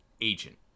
agent